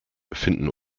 finden